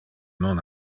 non